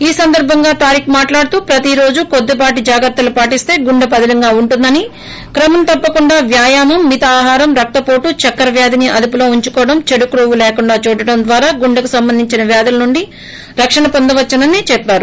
ఈ సందర్బంగా తారిక్ మాట్లాడుతూ ప్రతీ రోజు కొద్ది పాటి జాగ్రత్తలను పాటిస్త గుండె పదిలంగా ఉంటుందని క్రమం తప్పకుండా వ్యాయామం మిత ఆహారం రక్తపోటు చక్కెరవ్యాధిని అదుపులో ఉంచుకోవడం చెడు క్రొవ్వు లేకుండా చూడటం ద్వారా గుండెకు సంబంధించిన వ్యాధుల నుండి రక్షణ పొందవచ్చని చెప్పారు